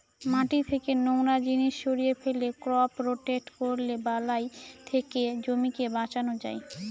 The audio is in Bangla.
মাটি থেকে নোংরা জিনিস সরিয়ে ফেলে, ক্রপ রোটেট করলে বালাই থেকে জমিকে বাঁচানো যায়